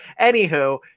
Anywho